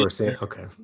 okay